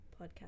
podcast